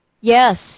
Yes